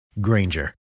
Granger